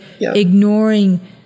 ignoring